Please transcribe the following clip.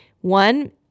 one